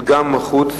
גם חוץ,